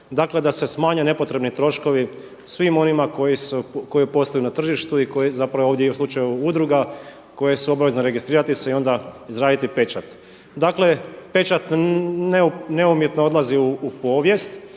da se smanje nepotrebni troškovi svima onima koji posluju na tržištu i u slučaju udruga koje su obavezne registrirati se i onda izraditi pečat. Dakle pečat neumjetno odlazi u povijest,